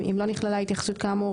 אם לא נכללה התייחסות כאמור,